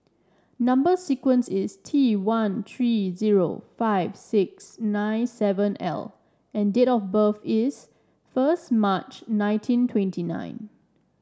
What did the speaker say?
number sequence is T one three zero five six nine seven L and date of birth is first March nineteen twenty nine